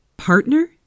Partner